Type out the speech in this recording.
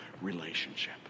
relationship